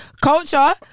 Culture